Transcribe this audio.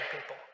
people